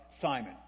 Simon